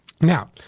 Now